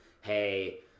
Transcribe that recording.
hey